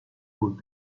would